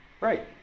Right